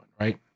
Right